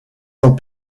sans